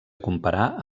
comparar